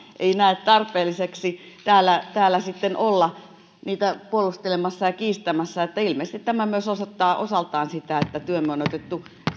ei näe tarpeelliseksi täällä täällä olla niitä puolustelemassa ja kiistämässä että ilmeisesti tämä myös osoittaa osaltaan sitä että työmme on otettu